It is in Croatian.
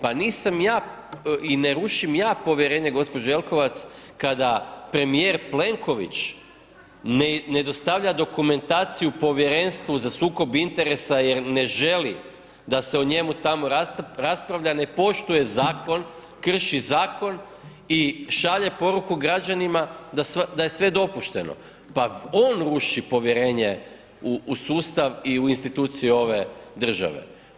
Pa nisam ja i ne rušim ja povjerenje gospođo Jelkovac kada premijer Plenković ne dostavlja dokumentaciju Povjerenstvu za sukob interesa jer ne želi da se o njemu tamo raspravlja, ne poštuje zakon, krši zakon i šalje poruku građanima da je sve dopušteno, pa on ruši povjerenje u sustav i u institucije ove države.